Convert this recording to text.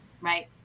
Right